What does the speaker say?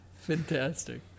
fantastic